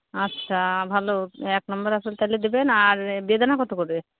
আচ্ছা ভালো এক নম্বর আপেল তাহলে দেবেন আর বেদানা কত করে